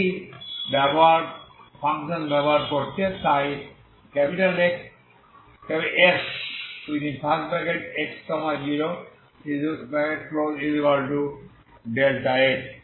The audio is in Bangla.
একই ফ্যাশন ব্যবহার করছে তাই Sx0δ